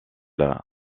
des